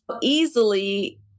easily